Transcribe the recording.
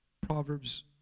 Proverbs